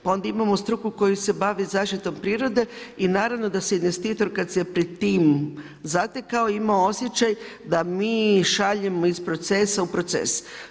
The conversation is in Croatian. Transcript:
Pa onda imamo struku koja se bavi zaštitom prirode i naravno da se investitor kad se pred tim zatekao imao osjećaj da mi šaljemo iz procesa u proces.